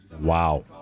Wow